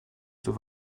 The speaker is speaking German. zur